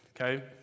Okay